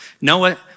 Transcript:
Noah